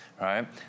right